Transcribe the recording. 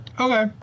Okay